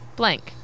blank